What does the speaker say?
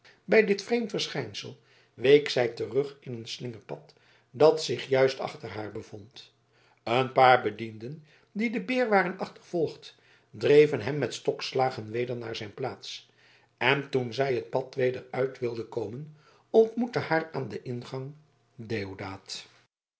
bij dit vreemd verschijnsel week zij terug in een slingerpad dat zich juist achter haar bevond een paar bedienden die den beer waren achtervolgd dreven hem met stokslagen weder naar zijn plaats en toen zij het pad weder uit wilde komen ontmoette haar aan den ingang